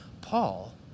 Paul